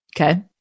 Okay